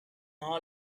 hour